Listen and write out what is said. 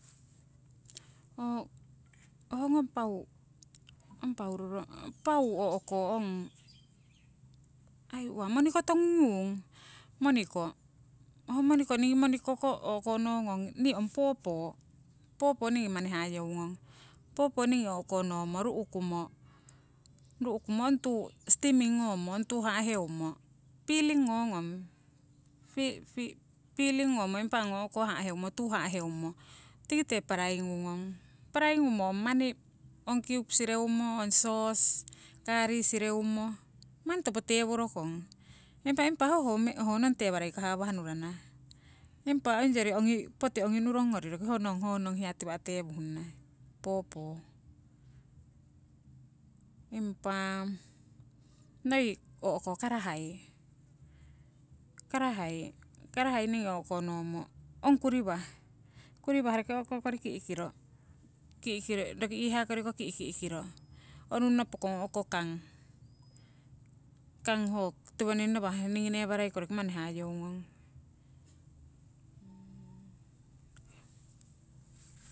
Ho ngong pau, ong pau roro pau o'ko ong, ai uwa moniko tongu ngung? Moniko, ho moniko, ningi moniko ko o'konongong nii ong popo. Popo ningi manni hayeungong, popo ningi o'konomo ru'kumo ru'kumo ong tuu steaming ngomo ong tuu heumo, peeling ngongong fifi peeling ngomo impa ong o'ko ha'heumo tuu ha'heumo tikite paraiying ngungong. Paraiying ngumo ong manni ong cube sireumo, ong sauce, kari sireumo, manni topo teworokong. Impa impa hoho ho nong tewarei ko hawah nurana. Impa ongyori ongi poti ongi nurong ngori honong honong hiya tiwa' tewuhnana, popo. Impa noi o'ko karahai, karahai, karahai ningi o'konomo ong kuriwah, kuriwah roki o'ko kori ki'kiro, ki'kiro roki iihaa koriko ki'ki' kiro onungno o'ko pokong kang, kang ho tiwoning nawah ningi newarei kori ko manni hayeungong.